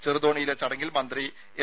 ചെറുതോണിയിലെ ചടങ്ങിൽ മന്ത്രി എം